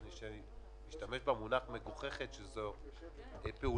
זאת הבקשה שלנו.